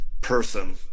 person